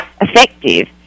effective